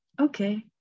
Okay